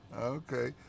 Okay